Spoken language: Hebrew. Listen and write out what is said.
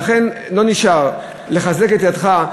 לכן לא נשאר אלא לחזק את ידיך,